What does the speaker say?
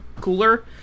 cooler